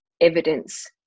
evidence